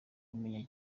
kumenya